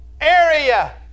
area